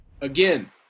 again